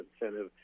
incentive